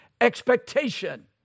expectation